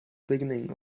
beginning